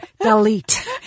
Delete